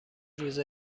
روز